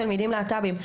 תלמידים להט"בים.